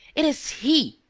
it is he!